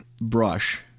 brush